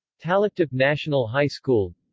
taliptip national high school